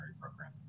program